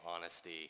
honesty